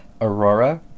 aurora